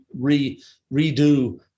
redo